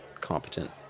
competent